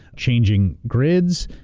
changing grids,